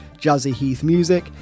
jazzyheathmusic